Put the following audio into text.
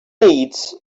needs